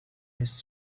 his